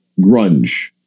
grunge